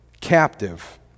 Captive